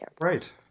right